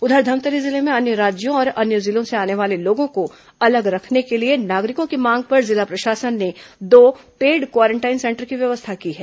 उधर धमतरी जिले में अन्य राज्यों और अन्य जिलों से आने वाले लोगों को अलग रखने के लिए नागरिकों की मांग पर जिला प्रशासन ने दो पेड क्वारेंटाइन सेंटर की व्यवस्था की है